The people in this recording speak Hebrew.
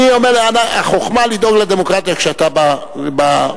בדרך הזאת, החוכמה לדאוג לדמוקרטיה כשאתה בשלטון.